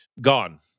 gone